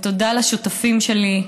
תודה לשותפים שלי,